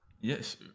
yes